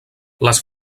les